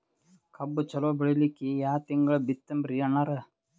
ಕಬ್ಬು ಚಲೋ ಬೆಳಿಲಿಕ್ಕಿ ಯಾ ತಿಂಗಳ ಬಿತ್ತಮ್ರೀ ಅಣ್ಣಾರ?